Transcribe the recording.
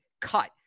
cut